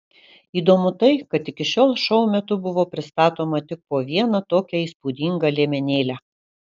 įdomu tai kad iki šiol šou metu buvo pristatoma tik po vieną tokią įspūdingą liemenėlę